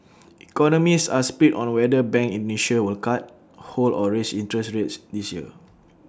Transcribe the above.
economists are split on whether bank Indonesia will cut hold or raise interest rates this year